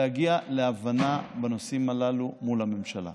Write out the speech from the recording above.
להגיע להבנה בנושאים הללו מול הממשלה.